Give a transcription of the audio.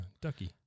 Ducky